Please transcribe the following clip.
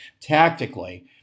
tactically